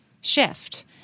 shift